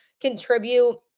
contribute